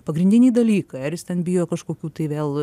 pagrindiniai dalykai ar jis ten bijo kažkokių tai vėl